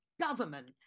government